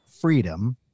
freedom